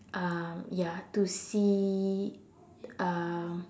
um ya to see um